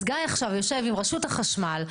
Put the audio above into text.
אז גיא יושב עם רשות החשמל,